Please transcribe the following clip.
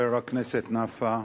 חבר הכנסת נפאע,